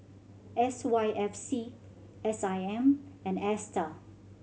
S Y F C S I M and Astar